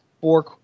four